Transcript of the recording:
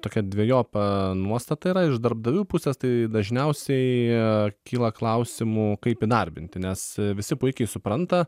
tokia dvejopa nuostata yra iš darbdavių pusės tai dažniausiai kyla klausimų kaip įdarbinti nes visi puikiai supranta